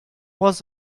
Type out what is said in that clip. was